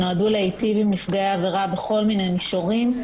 שנועדו להיטיב עם נפגעי העבירה בכל מיני מישורים.